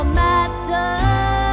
matter